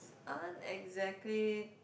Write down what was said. aren't exactly